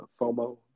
FOMO